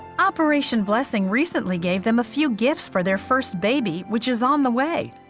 operation blessing recently gave them a few gifts for their first baby which is on the way.